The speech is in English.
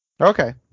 Okay